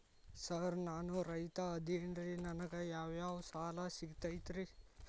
Sir ನಾನು ರೈತ ಅದೆನ್ರಿ ನನಗ ಯಾವ್ ಯಾವ್ ಸಾಲಾ ಸಿಗ್ತೈತ್ರಿ?